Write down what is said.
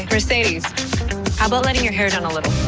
are saying how about letting your hair down the list.